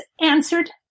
answered